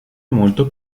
molto